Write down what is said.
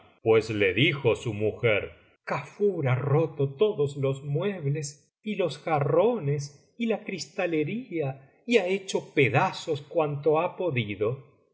pues le dijo su mujer kafur ha roto todos los muebles y los jarrones y la cristalería y ha hecho pedazos cuanto ha podido